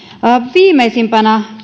viimeisimpänä